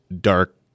dark